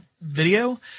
video